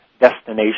destination